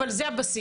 אבל זה הבסיס.